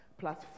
plus